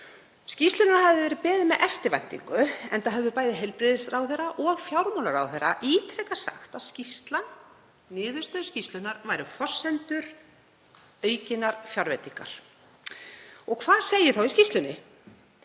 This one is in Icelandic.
Skýrslunnar hafði verið beðið með eftirvæntingu, enda höfðu bæði heilbrigðisráðherra og fjármálaráðherra ítrekað sagt að niðurstöður skýrslunnar væru forsendur aukinnar fjárveitingar. Og hvað segir í skýrslunni?